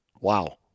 Wow